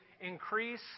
increase